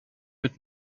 mit